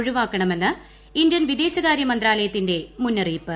ഒഴിവാക്കണമെന്ന് ഇന്ത്യൻ വിദേശകാരൃ മന്ത്രാലയത്തിന്റെ മുന്നറിയിപ്പ്